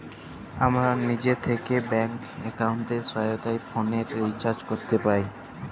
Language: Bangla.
আমরা লিজে থ্যাকে ব্যাংক এক্কাউন্টের সহায়তায় ফোলের রিচাজ ক্যরতে পাই